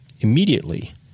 immediately